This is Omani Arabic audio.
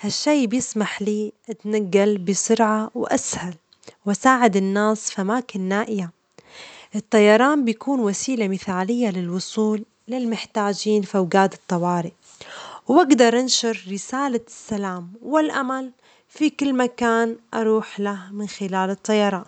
ها الشيء بيسمح لي أتنجل بسرعة وأسهل، وأساعد الناس في الأماكن النائية، الطيران بيكون وسيلة مثالية للوصول في أوجات الطوارئ، وأجدر أنشر رسالة السلام والأمل في كل مكان أروح له من خلال الطيران.